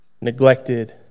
neglected